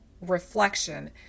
reflection